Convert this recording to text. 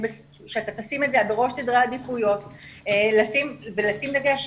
שאתה תשים את זה בראש סדרי העדיפויות ולשים דגש,